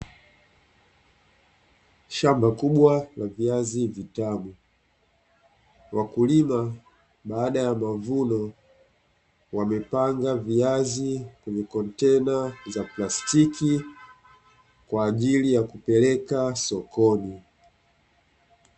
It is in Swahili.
Shamba kubwa la viazi vitamu, wakulima baada ya mavuno wamepanga viazi kwenye kontena za plastiki kwa ajili ya kupeleka sokoni.